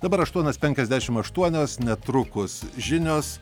dabar aštuonios penkiasdešim aštuonios netrukus žinios